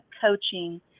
coaching